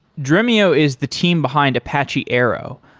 dremio is the team behind apache arrow,